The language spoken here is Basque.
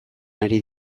ari